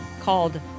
called